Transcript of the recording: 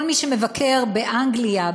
כל מי שמבקר באנגליה,